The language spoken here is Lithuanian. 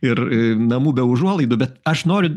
ir namų be užuolaidų bet aš noriu